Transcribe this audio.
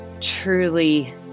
truly